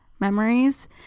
Memories